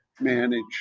manage